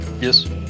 Yes